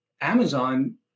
Amazon